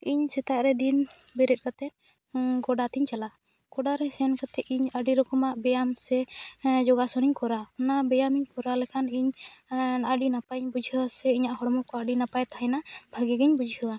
ᱤᱧ ᱥᱮᱛᱟᱜ ᱨᱮ ᱫᱤᱱ ᱵᱮᱨᱮᱫ ᱠᱟᱛᱮᱜ ᱜᱚᱰᱟ ᱛᱤᱧ ᱪᱟᱞᱟᱜᱼᱟ ᱜᱚᱰᱟ ᱨᱮ ᱥᱮᱱ ᱠᱟᱛᱮᱜ ᱤᱧ ᱟᱹᱰᱤ ᱨᱚᱠᱚᱢᱟᱜ ᱵᱮᱭᱟᱢ ᱥᱮ ᱡᱚᱜᱟᱥᱚᱱᱤᱧ ᱠᱚᱨᱟᱣᱟ ᱚᱱᱟ ᱵᱮᱭᱟᱢ ᱤᱧ ᱠᱚᱨᱟᱣ ᱞᱮᱠᱷᱟᱱ ᱤᱧ ᱟᱹᱰᱤ ᱱᱟᱯᱟᱭ ᱤᱧ ᱵᱩᱡᱷᱟᱹᱣᱟ ᱥᱮ ᱤᱧᱟᱹᱜ ᱦᱚᱲᱢᱚ ᱠᱚ ᱟᱹᱰᱤ ᱱᱟᱯᱟᱭ ᱛᱟᱦᱮᱱᱟ ᱵᱷᱟᱹᱜᱤ ᱜᱤᱧ ᱵᱩᱡᱷᱟᱹᱣᱟ